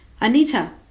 Anita